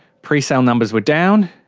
pre-sale numbers were down.